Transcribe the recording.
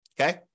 okay